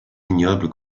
ignoble